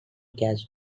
cash